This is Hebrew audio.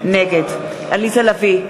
נגד עליזה לביא,